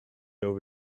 over